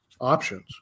options